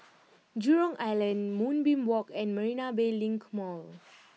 Jurong Island Moonbeam Walk and Marina Bay Link Mall